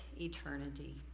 eternity